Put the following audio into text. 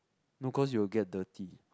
no cause you will get dirty